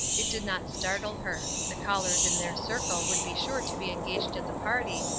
it did not startle her the callers in their circle would be sure to be engaged at the party,